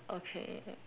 okay